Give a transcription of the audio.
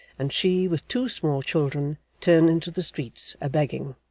and she, with two small children, turned into the streets a-begging.